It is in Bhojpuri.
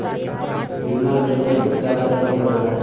बीमा करे खातिर का करे के पड़ेला?